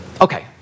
Okay